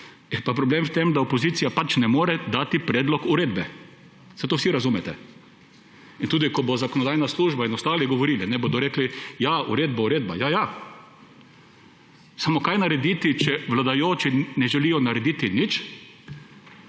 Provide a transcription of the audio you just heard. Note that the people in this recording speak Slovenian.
problem v tem, da opozicija pač ne more dati predloga uredbe. Saj to vsi razumete. In tudi, ko bodo zakonodajna služba in ostali govorili, bodo rekli, ja, uredba, uredba. Ja, ja, samo kaj narediti, če vladajoči ne želijo narediti nič,